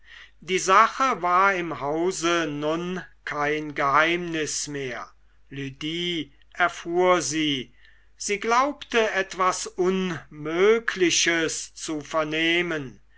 die sache war im hause nun kein geheimnis mehr lydie erfuhr sie sie glaubte etwas unmögliches zu vernehmen